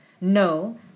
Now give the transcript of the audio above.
No